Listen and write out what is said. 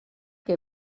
que